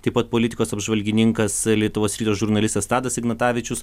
taip pat politikos apžvalgininkas lietuvos ryto žurnalistas tadas ignatavičius